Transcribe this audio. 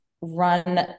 run